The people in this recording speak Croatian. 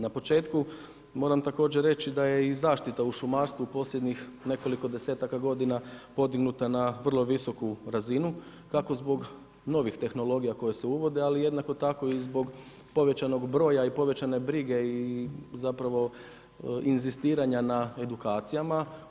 Na početku moram također reći da je i zaštita u šumarstvu u posljednjih nekoliko desetaka godina podignuta na vrlo visoku razinu tako zbog novih tehnologija koje se uvode, ali jednako tako i zbog povećanog broja i povećane brige i zapravo inzistiranja na edukacijama.